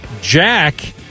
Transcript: Jack